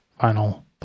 final